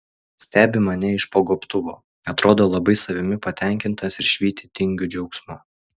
stebi mane iš po gobtuvo atrodo labai savimi patenkintas ir švyti tingiu džiaugsmu